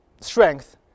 strength